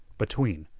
between,